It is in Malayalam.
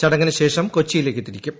ചടങ്ങിനു ശേഷം കൊച്ചിയിലേക്ക് തിരിക്കും